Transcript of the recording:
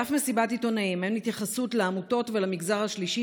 באף מסיבת עיתונאים אין התייחסות לעמותות ולמגזר השלישי,